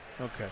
Okay